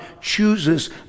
chooses